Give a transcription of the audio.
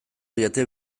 didate